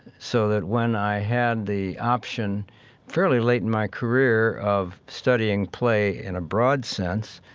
so that when i had the option fairly late in my career of studying play in a broad sense,